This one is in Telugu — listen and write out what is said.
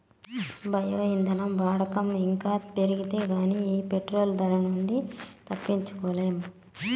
బయో ఇంధనం వాడకం ఇంకా పెరిగితే గానీ ఈ పెట్రోలు ధరల నుంచి తప్పించుకోలేం